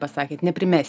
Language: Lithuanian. pasakėt neprimes